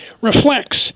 reflects